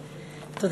מס'